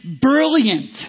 brilliant